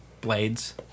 blades